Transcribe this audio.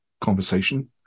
conversation